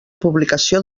publicació